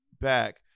back